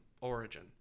Origin